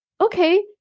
okay